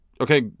okay